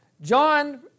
John